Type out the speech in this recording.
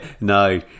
no